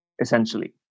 essentially